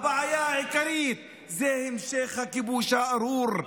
הבעיה העיקרית היא המשך הכיבוש הארור?